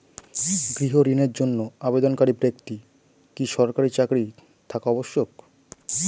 গৃহ ঋণের জন্য আবেদনকারী ব্যক্তি কি সরকারি চাকরি থাকা আবশ্যক?